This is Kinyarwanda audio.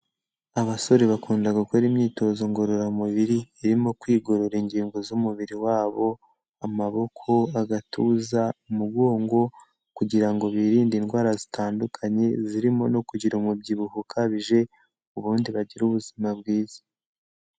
Abasore bakunda gukora imyitozo ngororamubiri, irimo kwigorora ingingo z'umubiri wabo, amaboko, agatuza, umugongo, kugira ngo birinde indwara zitandukanye zirimo no kugira umubyibuho ukabije, ubundi bagira ubuzima bwiza.